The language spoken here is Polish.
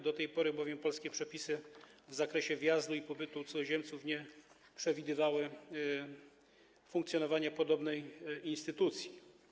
Do tej pory polskie przepisy w zakresie wjazdu i pobytu cudzoziemców nie przewidywały funkcjonowania podobnej instytucji.